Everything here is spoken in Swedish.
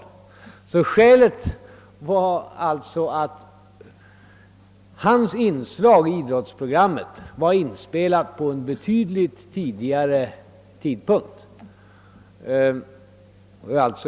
Orsaken till att det förelåg en skillnad mellan sifferuppgifterna var alltså att inslaget med statsministern i idrottsprogrammet var inspelat vid en betydligt tidigare tidpunkt än det program som jag deltog i.